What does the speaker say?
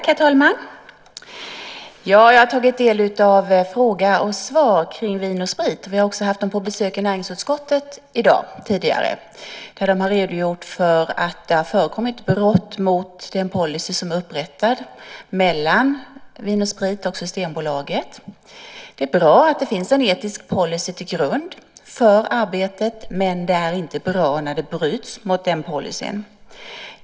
Herr talman! Jag har tagit del av fråga och svar kring Vin & Sprit. Vi har också haft dem på besök i näringsutskottet tidigare i dag. De har redogjort för att det har förekommit brott mot den policy som är upprättad mellan Vin & sprit och Systembolaget. Det är bra att det finns en etisk policy till grund för arbetet, men det är inte bra när det bryts mot den policyn.